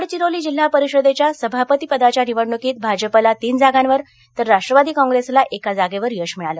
गडचिरोली जिल्हा परिषदेच्या सभापतीपदाच्या निवडणुकीत भाजपाला तीन जागावर तर राष्ट्रवादी काँग्रेसला एका जागेवर यश मिळालं